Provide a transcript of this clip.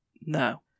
No